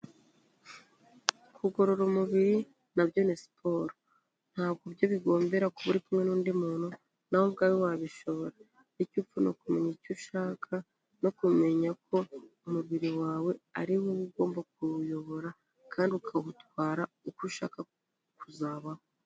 Kugorora umubiri na byo na siporo, ntabwo byo bigombera kuba uri kumwe n'undi muntu nawe ubwawe wabishobora, icyo upfa ni ukumenya icyo ushaka no kumenya ko umubiri wawe ari wowe ugomba kuwuyobora kandi ukawutwara uko ushaka kuzabaho.